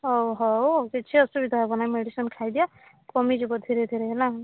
ହଉ ହଉ କିଛି ଅସୁବିଧା ହବ ନାହିଁ ମେଡ଼ିସିନ୍ ଖାଇ ଦିଅ କମିଯିବ ଧୀରେ ଧୀରେ ହେଲା